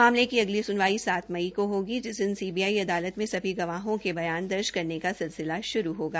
मामलें की अगली सुनवाई सात मई को होगी जिस दिन सीबीआई अदालत में सभी गवाहों के बयान दर्ज करने का सिलसिला श्रू होगा